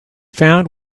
found